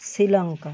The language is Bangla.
শ্রীলঙ্কা